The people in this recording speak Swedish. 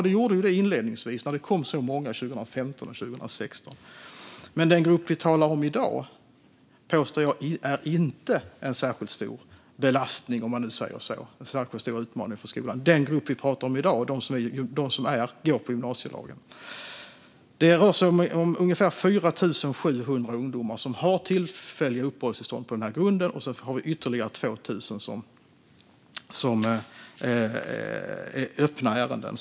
Det gjorde det inledningsvis när det kom så många 2015 och 2016. Men den grupp som vi talar om i dag påstår jag inte är en särskilt stor belastning eller utmaning för skolan. Den grupp som vi pratar om i dag, dem som gymnasielagen gäller för, rör sig om ungefär 4 700 ungdomar som har tillfälliga uppehållstillstånd på den här grunden. Så har vi ytterligare 2 000 som är öppna ärenden.